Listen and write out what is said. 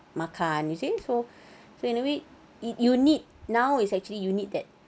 makan you see so so in a way it you need now is actually you need that